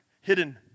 hidden